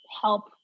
help